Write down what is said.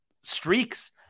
streaks